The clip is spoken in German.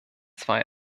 zwei